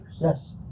Yes